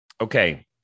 okay